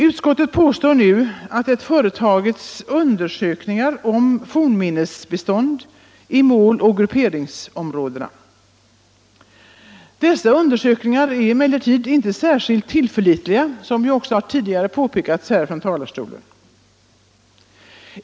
Utskottet påstår att det företagits undersökningar om fornminnesbeståndet i måloch grupperingsområdena. Dessa undersökningar är emellertid inte särskilt tillförlitliga — det har också påpekats tidigare från denna talarstol.